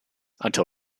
until